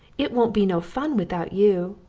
it won't be no fun without you,